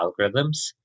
algorithms